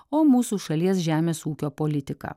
o mūsų šalies žemės ūkio politiką